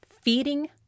feeding